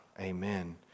Amen